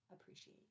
Appreciate